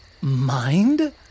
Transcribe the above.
mind